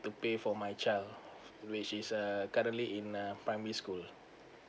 to pay for my child which is err currently in uh primary school